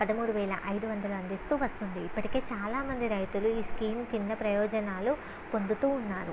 పదమూడు వేల ఐదు వందలు అందిస్తూ వస్తుంది ఇప్పటికే చాలామంది రైతులు ఈ స్కీం కింద ప్రయోజనాలు పొందుతూ ఉన్నారు